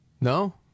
No